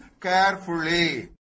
carefully